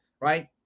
right